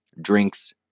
drinks